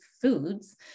foods